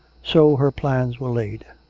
so her plans were laid.